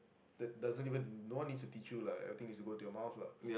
that doesn't even no one needs to teach you lah everything needs to go into your mouth lah